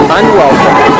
unwelcome